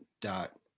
dot